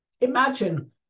Imagine